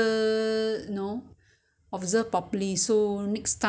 I I'm not very sure they sell or not maybe have ah I think